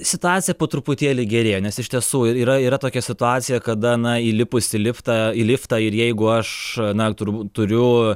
situacija po truputėlį gerėja nes iš tiesų yra yra tokia situacija kada na įlipus į liftą į liftą ir jeigu aš na turbūt turiu